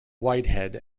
whitehead